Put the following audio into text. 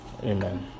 Amen